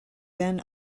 then